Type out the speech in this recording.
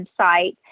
website